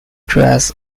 dress